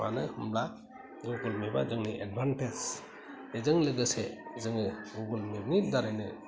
मानो होमब्ला गुगोल मेपा जोंनि एडभानटेज बेजों लोगोसे जोङो गुगोल मेप नि दारैनो